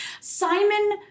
Simon